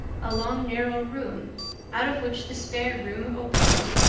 a long narrow room out of which the spare room opened.